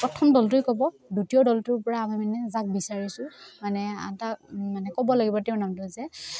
প্ৰথম দলটোৱে ক'ব দ্বিতীয় দলটোৰপৰা আমি মানে যাক বিচাৰিছোঁ মানে এটা মানে ক'ব লাগিব তেওঁৰ নামটো যে